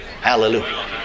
Hallelujah